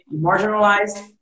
marginalized